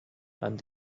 and